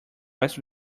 west